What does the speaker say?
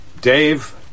Dave